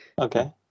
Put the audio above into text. okay